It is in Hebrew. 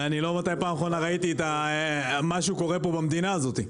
אני לא יודע מתי פעם אחרונה ראיתי משהו קורה פה במדינה הזאתי.